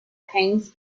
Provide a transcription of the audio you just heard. hangs